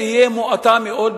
תהיה מועטה מאוד,